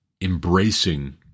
embracing